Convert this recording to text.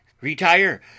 retire